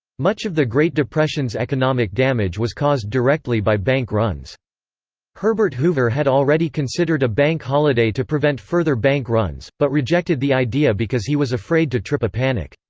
much of the great depression's economic damage was caused directly by bank runs herbert hoover had already considered a bank holiday to prevent further bank runs, but rejected the idea because he was afraid to trip a panic.